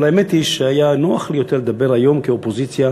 אבל האמת היא שהיה נוח לי יותר לדבר היום כאופוזיציה,